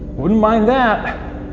wouldn't mind that.